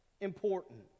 important